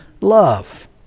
love